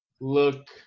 look